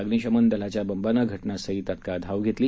अग्निशामक दलाच्या बंबाने घटनास्थळी तात्काळ धाव घेतली